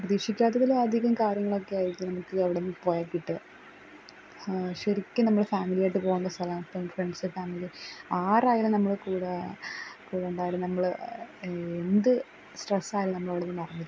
പ്രതീക്ഷിക്കാത്തതിലും അധികം കാര്യങ്ങളൊക്കെയായിരിക്കും നമുക്കീ അവിടുന്നു പോയാല് കിട്ടുക ശരിക്കും നമ്മള് ഫാമിലിയായിട്ട് പോകേണ്ട സ്ഥലമാണ് അപ്പോള് ഫ്രെണ്ട്സും ഫാമിലിയും ആരായാലും നമ്മുടെ കൂടെ കൂടെ ഉണ്ടായാലും നമ്മള് എന്ത് സ്ട്രെസ്സായാലും നമ്മളവിടുന്ന് മാറിനില്ക്കും